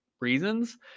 reasons